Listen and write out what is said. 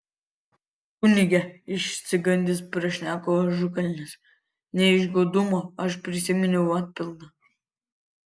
kunige išsigandęs prašneko ažukalnis ne iš godumo aš prisiminiau atpildą